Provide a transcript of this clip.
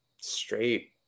straight